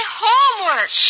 homework